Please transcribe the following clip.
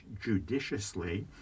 judiciously